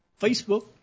Facebook